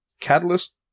Catalyst